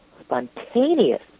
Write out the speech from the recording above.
spontaneous